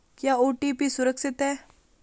क्या ओ.टी.पी सुरक्षित है?